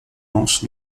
manche